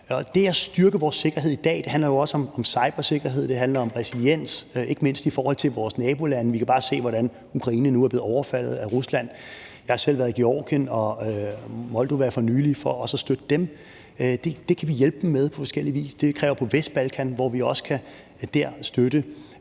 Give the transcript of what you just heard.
Det at styrke vores sikkerhed i dag handler jo også om cybersikkerhed, det handler om resiliens, ikke mindst i forhold til vores nabolande. Vi kan bare se, hvordan Ukraine nu er blevet overfaldet af Rusland. Jeg har selv været i Georgien og Moldova for nylig for også at støtte dem. Det kan vi hjælpe dem med på forskellig vis. Der er Vestbalkan, hvor vi også kan støtte,